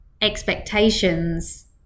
expectations